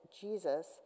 Jesus